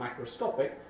macroscopic